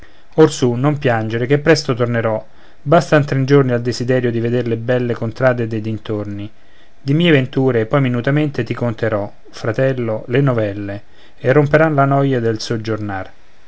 orsù non piangere che presto tornerò bastan tre giorni al desiderio di veder le belle contrade dei dintorni di mie venture poi minutamente ti conterò fratello le novelle e romperan la noia del soggiornar